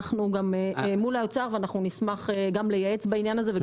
אנחנו מול האוצר ונשמח גם לייעץ בעניין הזה.